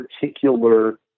particular